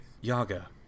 Yaga